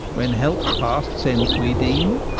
when help past sense we deem.